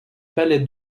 palais